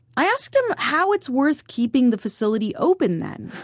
i asked him how it's worth keeping the facility open then.